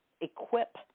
equip